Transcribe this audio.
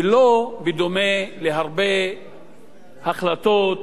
ולא בדומה להרבה החלטות